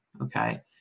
Okay